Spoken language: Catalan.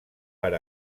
per